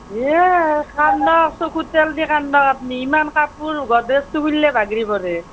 এ কান্দা চকুত তেল দি কান্দক আপুনি ইমান কাপোৰ গড্ৰেজটো খুলিলেই বাগৰি পৰে